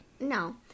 No